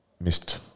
missed